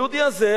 הפשע שלו,